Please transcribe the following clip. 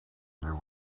there